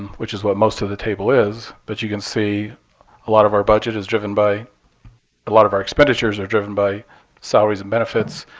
which is what most of the table is. but you can see a lot of our budget is driven by a lot of our expenditures are driven by salaries and benefits.